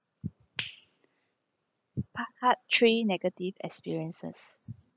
part part three negative experiences